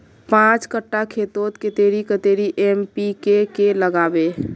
पाँच कट्ठा खेतोत कतेरी कतेरी एन.पी.के के लागबे?